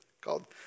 called